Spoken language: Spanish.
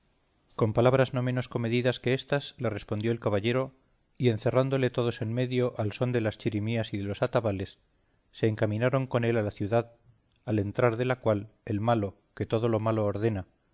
con palabras no menos comedidas que éstas le respondió el caballero y encerrándole todos en medio al son de las chirimías y de los atabales se encaminaron con él a la ciudad al entrar de la cual el malo que todo lo malo